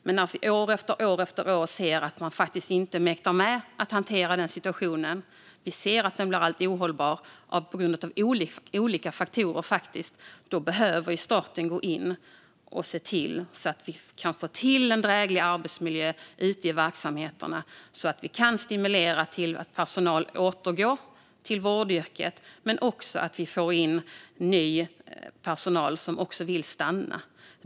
Men när vi år efter år ser att de inte mäktar med att hantera situationen och att den, på grund av olika faktorer, blir alltmer ohållbar behöver staten gå in och se till att få till en dräglig arbetsmiljö ute i verksamheterna. Då kan vi stimulera att personal återgår till vårdyrket men också få in ny personal som vill stanna.